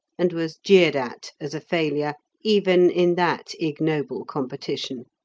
and was jeered at as a failure even in that ignoble competition.